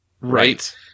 Right